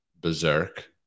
berserk